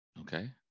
Okay